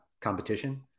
competition